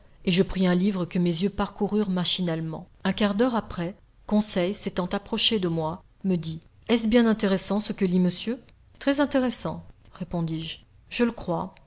et je pris un livre que mes yeux parcoururent machinalement un quart d'heure après conseil s'étant approché de moi me dit est-ce bien intéressant ce que lit monsieur très intéressant répondis-je je le crois